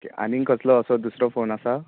okay आनीक कसलो असो दुसरो फोन आसा